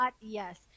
Yes